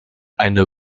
eine